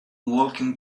walking